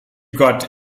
got